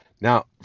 Now